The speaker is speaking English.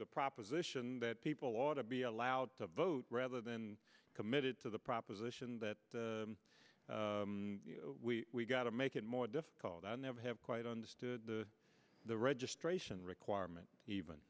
the proposition that people ought to be allowed to vote rather than committed to the proposition that we gotta make it more difficult i never have quite understood the registration requirement